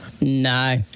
No